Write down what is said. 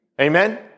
Amen